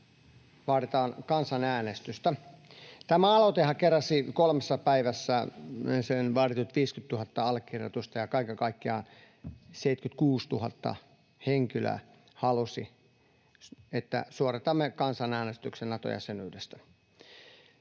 vaaditaan kansanäänestystä. Tämä aloitehan keräsi kolmessa päivässä sen vaaditut 50 000 allekirjoitusta, ja kaiken kaikkiaan 76 000 henkilöä halusi, että suoritamme kansanäänestyksen Nato-jäsenyydestä.